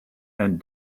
and